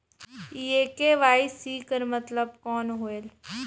ये के.वाई.सी कर मतलब कौन होएल?